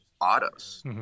autos